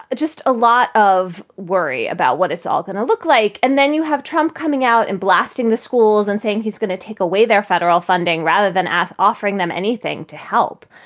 ah just a lot of worry about what it's all going to look like. and then you have trump coming out and blasting the schools and saying he's going to take away their federal funding rather than offering them anything to help.